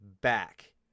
back